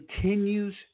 continues